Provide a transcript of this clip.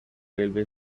railway